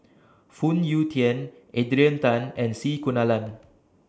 Phoon Yew Tien Adrian Tan and C Kunalan